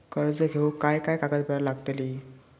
कर्ज घेऊक काय काय कागदपत्र लागतली?